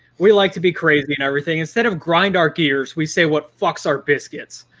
we like to be crazy and everything, instead of grind our gears, we say what fucks our biscuits.